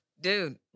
Dude